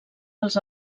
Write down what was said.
els